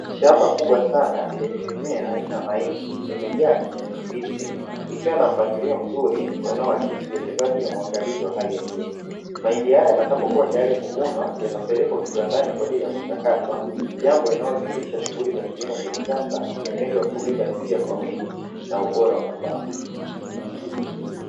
Shamba kubwa sana lenye mimea aina ya mahindi limejaa kijani kibichi ikiwa na mpangilio mzuri unaoakisi uwekezaji na uangalizi wa hali ya juu, mahindi hayo yatakapo kuwa tayari kuvunwa yatapelekwa kiwandani kwa ajili ya kuchakatwa jambo linalodhihirisha shughuli za kilimo cha kisasa chenye lengo la kuongeza tija kwa wingi na ubora wa mazao.